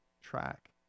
track